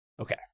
Okay